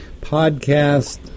podcast